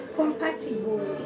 compatible